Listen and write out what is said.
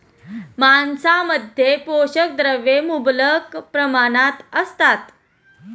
मांसामध्ये पोषक द्रव्ये मुबलक प्रमाणात असतात